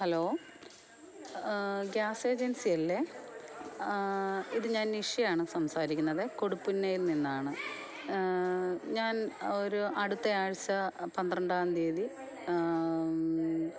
hello gas agency അല്ലേ ഇത് ഞാൻ നിഷയാണ് സംസാരിക്കുന്നത് കൊടുപ്പുന്നയിൽ നിന്നാണ് ഞാൻ ഒരു അടുത്ത ആഴ്ച്ച പന്ത്രണ്ടാം തിയ്യതി